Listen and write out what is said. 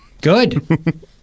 Good